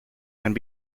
and